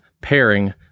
pairing